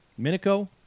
Minico